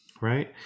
right